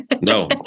No